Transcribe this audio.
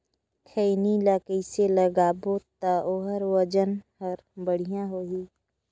खैनी ला कइसे लगाबो ता ओहार वजन हर बेडिया होही?